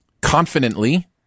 confidently